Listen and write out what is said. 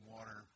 Water